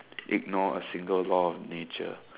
ignore a single law of nature